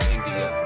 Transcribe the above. India